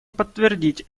подтвердить